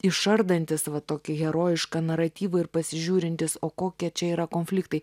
išardantis va tokį herojišką naratyvą ir pasižiūrintis o kokie čia yra konfliktai